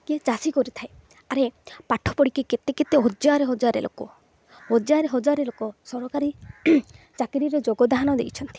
କିଏ ଚାଷୀ କରିଥାଏ ଆରେ ପାଠ ପଢ଼ିକି କେତେ କେତେ ହଜାର ହଜାର ଲୋକ ହଜାର ହଜାର ଲୋକ ସରକାରୀ ଚାକିରିରେ ଯୋଗଦାନ ଦେଇଛନ୍ତି